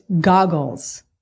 goggles